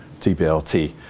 TBLT